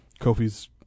Kofi's